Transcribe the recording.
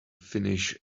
finish